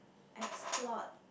explore